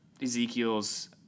Ezekiel's